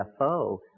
UFO